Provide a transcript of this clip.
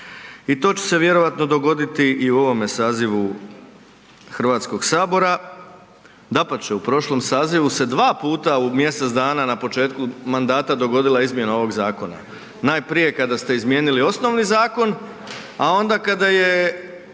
I to će se vjerojatno dogoditi i u ovome sazivu HS. Dapače, u prošlom sazivu se dva puta u mjesec dana na početku mandata dogodila izmjena ovog zakona. Najprije kada ste izmijenili osnovni zakon, a onda kada je